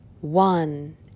one